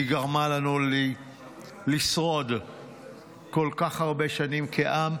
היא גרמה לנו לשרוד כל כך הרבה שנים כעם.